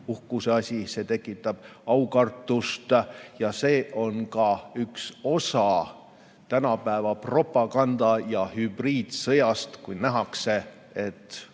uhkuseasi. See tekitab aukartust ja see on ka üks osa tänapäeva propaganda‑ ja hübriidsõjast, kui nähakse, et